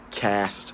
Cast